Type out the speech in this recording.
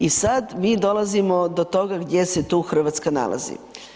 I sada mi dolazimo do toga gdje su tu Hrvatska nalazi.